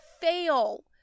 fail